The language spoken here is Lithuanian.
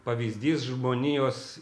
pavyzdys žmonijos